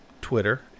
Twitter